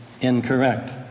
incorrect